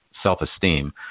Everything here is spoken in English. self-esteem